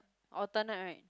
alternate right